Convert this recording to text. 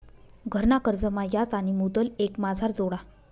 घरना कर्जमा याज आणि मुदल एकमाझार जोडा